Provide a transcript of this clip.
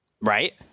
right